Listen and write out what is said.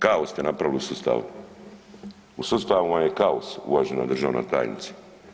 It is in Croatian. Kaos ste napravili u sustavu, u sustavu vam je kaos uvažena državna tajnice.